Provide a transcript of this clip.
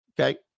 Okay